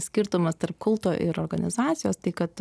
skirtumas tarp kulto ir organizacijos tai kad